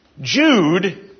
Jude